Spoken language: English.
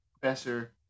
professor